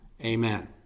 Amen